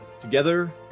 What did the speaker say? Together